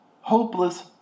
hopeless